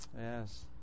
Yes